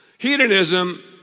Hedonism